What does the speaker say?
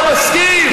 אתה מסכים?